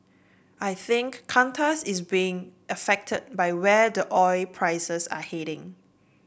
I think Qantas is being affected by where the oil prices are headed